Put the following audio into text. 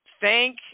Thank